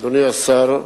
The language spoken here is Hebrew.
אדוני השר,